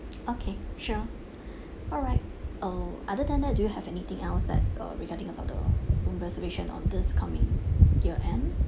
okay sure alright uh other than that do you have anything else like uh regarding about the room reservation on this coming year end